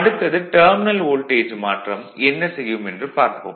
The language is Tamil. அடுத்தது டெர்மினல் வோல்டேஜ் மாற்றம் என்ன செய்யும் என்று பார்ப்போம்